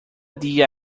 día